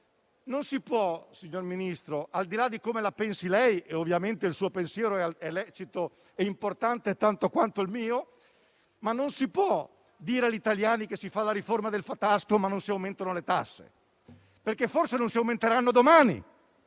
non si può però dire agli italiani che si fa la riforma del catasto, ma non si aumentano le tasse. Forse non si aumenteranno domani,